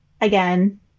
Again